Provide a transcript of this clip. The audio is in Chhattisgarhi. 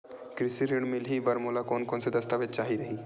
कृषि ऋण मिलही बर मोला कोन कोन स दस्तावेज चाही रही?